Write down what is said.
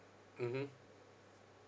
mmhmm